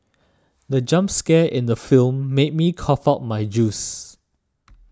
the jump scare in the film made me cough out my juice